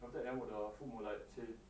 then after that 我的父母 like say